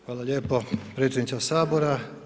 Hvala lijepo predsjedniče Sabora.